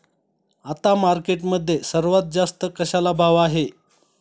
आता मार्केटमध्ये सर्वात जास्त कशाला भाव आहे?